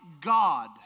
God